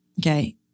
Okay